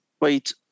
Wait